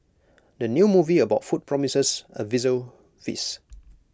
the new movie about food promises A visual feast